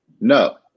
No